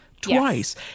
twice